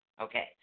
okay